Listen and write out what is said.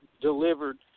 delivered